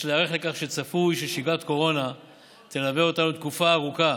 יש להיערך לכך שצפוי ששגרת קורונה תלווה אותנו תקופה ארוכה